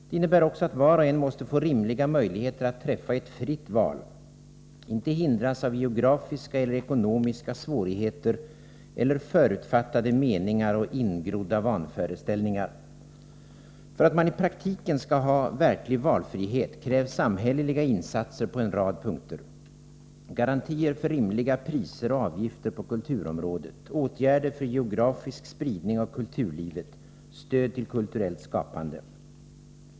Det innebär också att var och en måste få rimliga möjligheter att träffa ett fritt val, inte hindras av geografiska eller ekonomiska svårigheter eller förutfattade meningar och ingrodda vanföreställningar. För att man i praktiken skall ha verklig valfrihet krävs samhälleliga insatser på en rad punkter: garantier för rimliga priser och avgifter på kulturområdet, åtgärder för geografisk spridning av kulturlivet och stöd till kulturellt skapande.